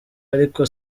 ariko